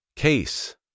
Case